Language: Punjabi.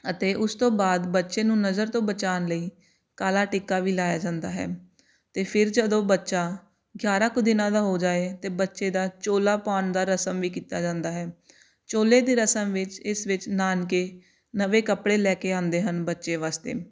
ਅਤੇ ਉਸ ਤੋਂ ਬਾਅਦ ਬੱਚੇ ਨੂੰ ਨਜ਼ਰ ਤੋਂ ਬਚਾਉਣ ਲਈ ਕਾਲਾ ਟਿੱਕਾ ਵੀ ਲਾਇਆ ਜਾਂਦਾ ਹੈ ਅਤੇ ਫਿਰ ਜਦੋਂ ਬੱਚਾ ਗਿਆਰ੍ਹਾਂ ਕੁ ਦਿਨਾਂ ਦਾ ਹੋ ਜਾਏ ਅਤੇ ਬੱਚੇ ਦਾ ਚੋਲਾ ਪਾਉਣ ਦਾ ਰਸਮ ਵੀ ਕੀਤਾ ਜਾਂਦਾ ਹੈ ਚੋਲੇ ਦੀ ਰਸਮ ਵਿੱਚ ਇਸ ਵਿੱਚ ਨਾਨਕੇ ਨਵਵੇਂ ਕੱਪੜੇ ਲੈ ਕੇ ਆਉਂਦੇ ਹਨ ਬੱਚੇ ਵਾਸਤੇ